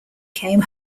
came